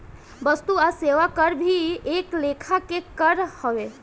वस्तु आ सेवा कर भी एक लेखा के कर हवे